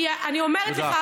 כי אני אומרת לך,